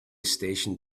station